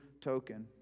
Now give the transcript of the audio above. token